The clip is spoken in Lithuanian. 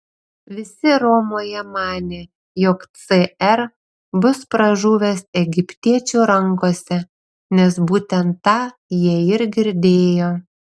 visi romoje manė jog cr bus pražuvęs egiptiečių rankose nes būtent tą jie ir girdėjo